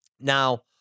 Now